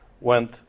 went